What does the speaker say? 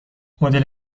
مدل